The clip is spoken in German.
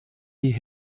die